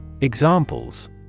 Examples